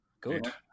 good